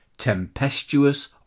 Tempestuous